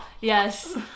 Yes